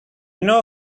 know